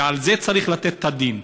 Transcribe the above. ועל זה צריך לתת את הדעת.